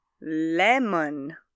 Lemon